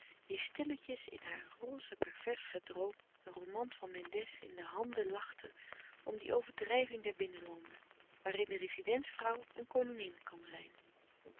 die stilletjes in haar roze pervers gedroom een roman van mendès in de handen lachte om die overdrijving der binnenlanden waarin de rezidentsvrouw een koningin kan zijn